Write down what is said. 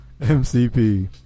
MCP